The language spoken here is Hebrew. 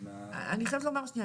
אני חייבת לומר שניה,